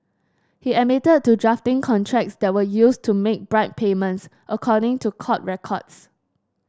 he admitted to drafting contracts that were used to make bribe payments according to court records